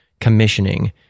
commissioning